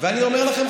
ואני אומר לכם,